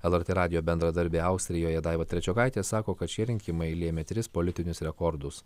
lrt radijo bendradarbė austrijoje daiva trečiokaitė sako kad šie rinkimai lėmė tris politinius rekordus